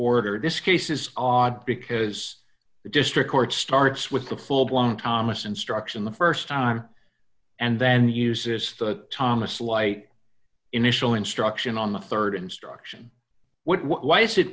order this case is odd because the district court starts with a full blown thomas instruction the st time and then uses the thomas light initial instruction on the rd instruction what why is it